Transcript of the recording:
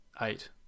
eight